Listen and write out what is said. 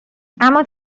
اما